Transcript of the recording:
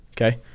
Okay